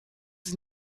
sie